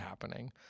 happening